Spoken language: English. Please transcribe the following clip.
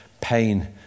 pain